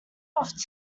off